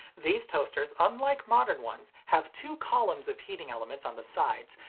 these toasters, unlike modern ones, have two columns of heating elements on the sides,